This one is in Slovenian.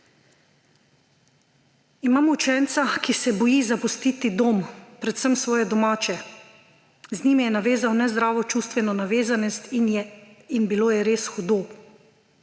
Imamo učenca, ki se boji zapustiti dom, predvsem svoje domače. Z njimi je navezal nezdravo čustveno navezanost in bilo je res hudo.